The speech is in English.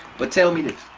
but tell me this,